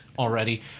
already